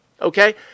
Okay